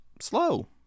slow